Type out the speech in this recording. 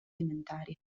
alimentari